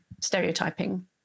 stereotyping